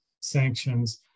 sanctions